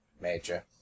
Major